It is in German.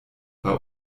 bei